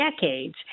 decades